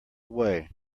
way